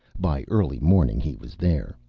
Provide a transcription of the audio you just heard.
by early morning he was there.